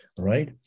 Right